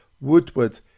Woodward